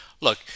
Look